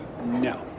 No